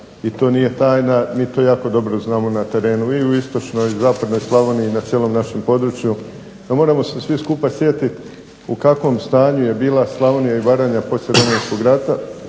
i Baranju i mi to jako dobro znamo na terenu i u Slavoniji i na cijelom našem području, moramo se svi skupa sjetiti u kakvom je stanju bila Slavonija i Baranja nakon Domovinskog rata,